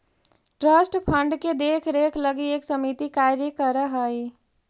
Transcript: trust fund के देख रेख के लगी एक समिति कार्य कर हई